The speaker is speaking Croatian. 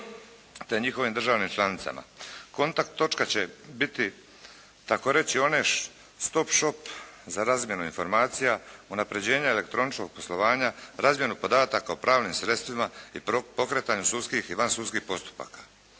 te njihovim državnim članicama. Kontakt točka će biti, tako reći one stop shop za razmjene informacija, unaprjeđenja elektroničkog poslovanja, razmjenu podataka o pravnim sredstvima i pokretanju sudskih i vansudskih postupaka.